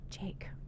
Jake